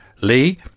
Lee